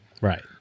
Right